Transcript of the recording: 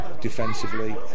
defensively